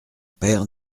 père